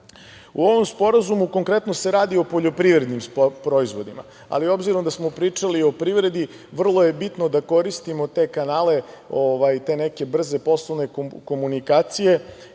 ovom sporazumu konkretno se radi o poljoprivrednim proizvodima, ali obzirom da smo pričali o privredi vrlo je bitno da koristimo te kanale te neke brze poslovne komunikacije.